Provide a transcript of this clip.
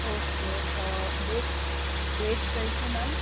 okay date date કઈ છે ma'am